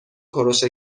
کوروش